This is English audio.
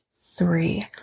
three